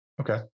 Okay